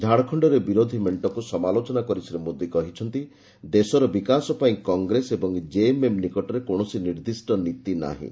ଝାଡଖଣରେ ବିରୋଧୀ ମେଣ୍ଟକୁ ସମାଲୋଚନା କରି ଶ୍ରୀ ମୋଦି କହିଛନ୍ତି' ଦେଶର ବିକାଶ ପାଇଁ କଂଗ୍ରେସ ଏବଂ ଜେଏମ୍ଏମ୍ ନିକଟରେ କୌଣସି ନିର୍ଦ୍ଧିଷ୍ଟ ନୀତି ନାହିଁ